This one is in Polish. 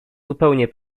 zupełnie